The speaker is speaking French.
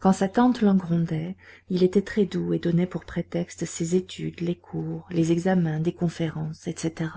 quand sa tante l'en grondait il était très doux et donnait pour prétexte ses études les cours les examens des conférences etc